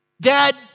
Dad